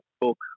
book